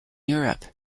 europe